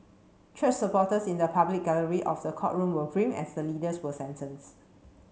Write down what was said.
church supporters in the public gallery of the courtroom were grim as the leaders were sentenced